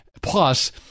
Plus